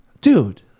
dude